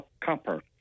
copper